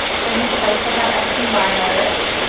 jenny says, i still have epstein-barr virus.